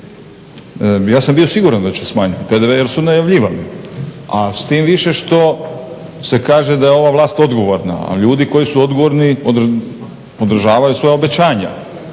Ja sam bio siguran da će smanjiti PDV jer su najavljivali a s tim više što se kaže da je ova vlast odgovorna a ljudi koji su odgovorni održavaju svoja obećanja.